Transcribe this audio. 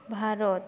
Bharat